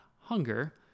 hunger